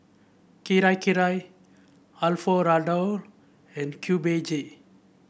Kirei Kirei Alfio Raldo and Cube J